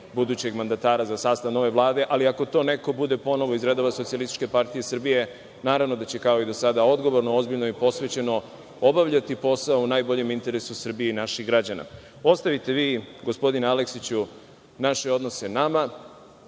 budućeg mandatara za sastav nove Vlade, ali ako to bude ponovo neko iz redova Socijalističke partije Srbije, naravno da će kao i do sada odgovorno, ozbiljno i posvećeno obavljati posao, u najboljem interesu Srbije i naših građana. Ostavite vi, gospodine Aleksiću, naše odnose nama.